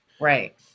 Right